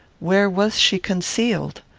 where was she concealed?